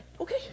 okay